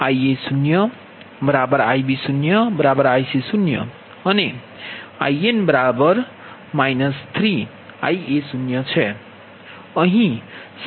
હવે Ia0Ib0Ic0 અને In 3Ia0છે અહીં સમીકરણ 31 છે